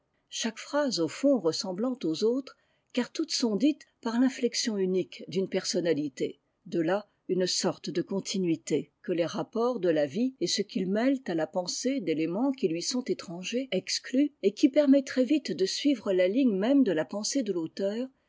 chaque phrase au fond ressemblant aux autres car toutes sont dites par l'inflexion unique d'une personnalité de là une sorte de continuité que les rapports de la vie et ce qu'ils mêlent à la pensée d'éléments qui lui sont étrangers excluent et qui permet très vite de suivre la ligne même de la pensée de l'auteur